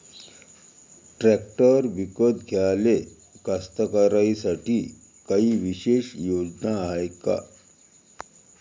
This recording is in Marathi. ट्रॅक्टर विकत घ्याले कास्तकाराइसाठी कायी विशेष योजना हाय का?